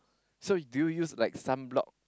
so do you use like sunblock